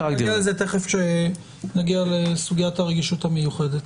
נגיע לזה בסוגיית הרגישות המיוחדת.